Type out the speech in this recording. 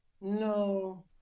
no